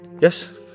Yes